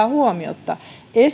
huomiotta